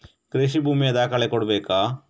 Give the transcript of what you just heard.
ಕೃಷಿ ಭೂಮಿಯ ದಾಖಲೆ ಕೊಡ್ಬೇಕಾ?